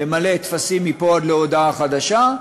למלא טפסים מפה עד להודעה חדשה,